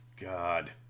God